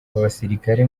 abasirikare